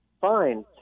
fine